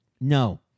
No